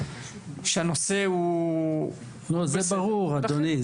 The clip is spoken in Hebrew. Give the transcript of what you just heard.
זה ברור, אדוני.